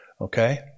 Okay